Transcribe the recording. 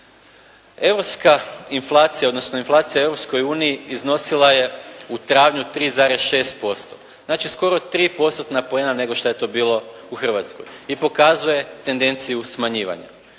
Europska inflacija, odnosno inflacija u Europskoj uniji iznosila je u travnju 3,6%, znači skoro 3 postotna poena nego šta je to bilo u Hrvatskoj. I pokazuje tedenciju smanjivanja.